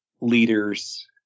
leaders